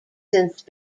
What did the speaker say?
since